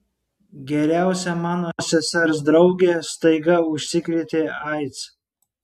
geriausia mano sesers draugė staiga užsikrėtė aids